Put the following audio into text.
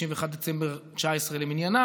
31 בדצמבר 2019 למניינם,